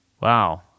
Wow